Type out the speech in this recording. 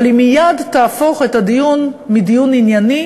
אבל היא מייד תהפוך את הדיון מדיון ענייני